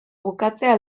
bukatzea